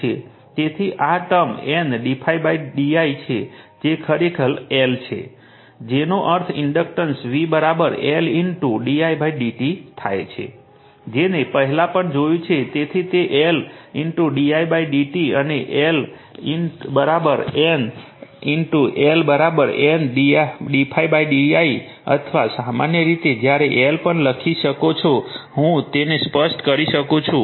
તેથી આ term N d∅ d i છે જે ખરેખર L છે જેનો અર્થ inductance v L di dt થાય છે જેણે પહેલા પણ જોયું છે તેથી તે L di dt અને L N L N d∅ di અથવા સામાન્ય રીતે ક્યારેક L પણ લખી શકો છો હું તેને સ્પષ્ટ કરી શકું છું